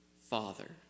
father